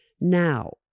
Now